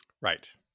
Right